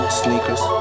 sneakers